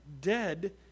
dead